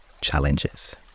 challenges